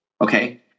Okay